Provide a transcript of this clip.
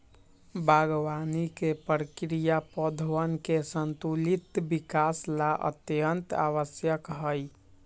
बागवानी के प्रक्रिया पौधवन के संतुलित विकास ला अत्यंत आवश्यक हई